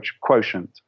quotient